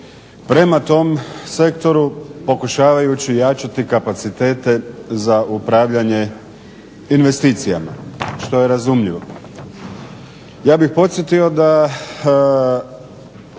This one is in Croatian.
prema tom sektoru pokušavajući jačati kapacitete za upravljanje investicijama što je razumljivo. Ja bih podsjetio da